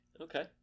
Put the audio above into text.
Okay